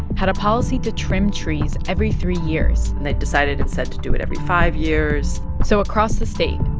had a policy to trim trees every three years and they decided instead to do it every five years so across the state,